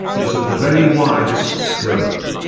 is of the very widest scope.